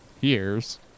Years